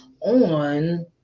on